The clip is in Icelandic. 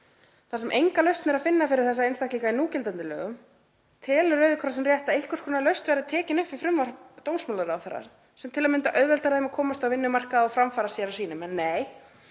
Þar sem enga lausn er að finna fyrir þessa einstaklinga í núgildandi lögum telur Rauði krossinn rétt að einhvers konar lausn verði tekin upp í frumvarp dómsmálaráðherra sem t.a.m. auðveldar þeim að komast á vinnumarkað og framfæra sér og sínum.“ En nei,